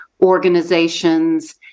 organizations